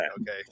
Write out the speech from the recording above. Okay